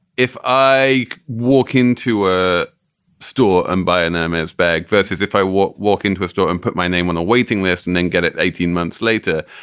if i walk into a store and buy a no man's bag versus if i walk walk into a store and put my name on a waiting list and then get it eighteen months later,